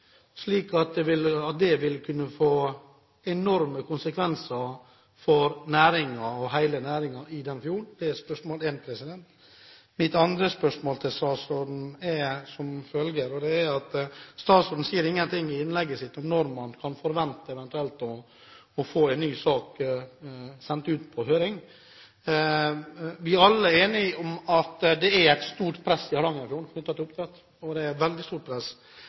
slik at det vil kunne få enorme konsekvenser for hele næringen i den fjorden? Det er spørsmål nummer én. Mitt andre spørsmål til statsråden er som følger: Statsråden sier ingenting i innlegget sitt om når man eventuelt kan forvente å få en ny sak sendt ut på høring. Vi er alle enige om at det er et stort press i Hardangerfjorden knyttet til oppdrett, et veldig stort press.